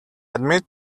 admit